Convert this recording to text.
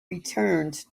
returned